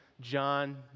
John